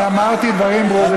אני אמרתי דברים ברורים.